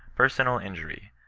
personal injury,